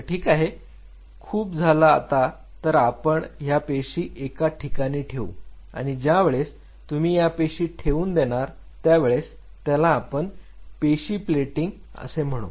तर ठीक आहे खूप झाला आता तर आता आपण ह्या पेशी एका ठिकाणी ठेवू आणि ज्या वेळेस तुम्ही या पेशी ठेवून देणार त्यावेळेस त्याला आपण पेशी प्लेटिंग असे म्हणू